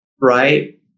right